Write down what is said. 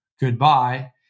goodbye